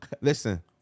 Listen